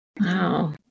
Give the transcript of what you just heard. Wow